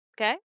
Okay